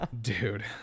Dude